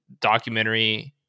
documentary